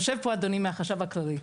יושב פה אדוני מהחשב הכללי,